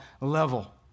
level